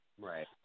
Right